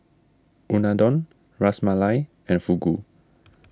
Unadon Ras Malai and Fugu